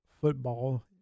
football